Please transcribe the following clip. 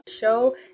show